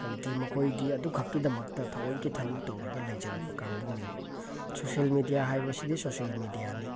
ꯍꯥꯏꯕꯗꯤ ꯃꯈꯣꯏꯗꯤ ꯑꯗꯨꯈꯛꯀꯤꯗꯃꯛꯇ ꯊꯑꯣꯏꯀꯤ ꯊꯕꯛ ꯇꯧꯔꯒ ꯂꯩꯖꯔꯕ ꯀꯥꯡꯕꯨꯅꯦꯕ ꯁꯣꯁꯤꯌꯦꯜ ꯃꯦꯗꯤꯌꯥ ꯍꯥꯏꯕꯁꯤꯗꯤ ꯁꯣꯁꯤꯌꯦꯜ ꯃꯦꯗꯤꯌꯥꯅꯤ